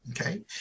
Okay